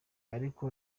ariko